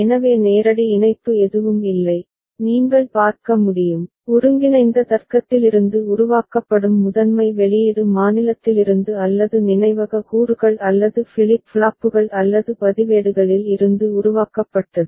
எனவே நேரடி இணைப்பு எதுவும் இல்லை நீங்கள் பார்க்க முடியும் ஒருங்கிணைந்த தர்க்கத்திலிருந்து உருவாக்கப்படும் முதன்மை வெளியீடு மாநிலத்திலிருந்து அல்லது நினைவக கூறுகள் அல்லது ஃபிளிப் ஃப்ளாப்புகள் அல்லது பதிவேடுகளில் இருந்து உருவாக்கப்பட்டது